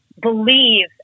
believe